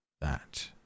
That